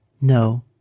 No